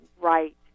right